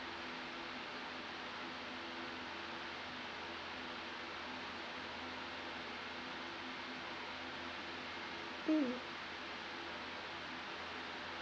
mm